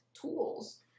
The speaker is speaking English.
tools